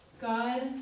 God